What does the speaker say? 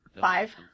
Five